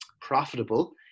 profitable